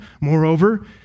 moreover